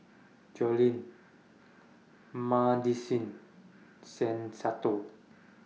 Jolene Madisyn Shen Santo